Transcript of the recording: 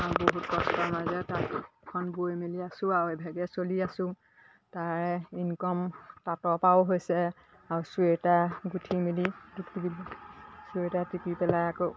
বহুত কষ্ট মাজেৰে তাঁতখন বৈ মেলি আছোঁ আও এভাগে চলি আছোঁ তাৰে ইনকম তাঁতৰ পৰাও হৈছে আৰু চুৱেটাৰ গুঠি মেলি চুৱেটাৰ টিকি পেলাই আকৌ